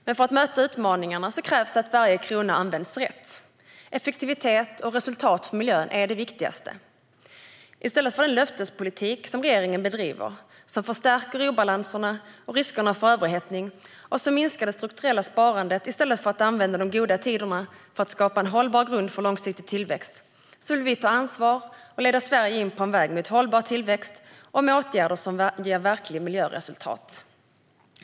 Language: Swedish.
Men för att möta utmaningarna krävs att varje krona används rätt. Effektivitet och resultat för miljön är det viktigaste. I stället för den löftespolitik som regeringen bedriver, som förstärker obalanserna och riskerna för överhettning och minskar det strukturella sparandet i stället för att de goda tiderna används för att skapa en hållbar grund för långsiktig tillväxt, vill vi ta ansvar och leda Sverige in på en väg mot hållbar tillväxt med åtgärder som ger verkligt miljöresultat.